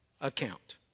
account